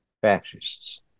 fascists